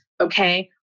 okay